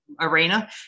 arena